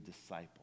disciple